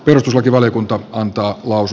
perustuslakivaliokunta antaa kuvaus